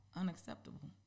unacceptable